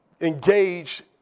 engage